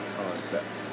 concept